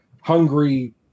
hungry